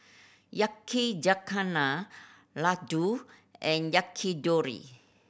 Yakizakana Ladoo and Yakitori